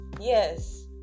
yes